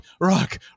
rock